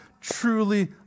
truly